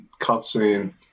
cutscene